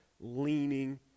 leaning